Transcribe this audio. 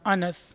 انس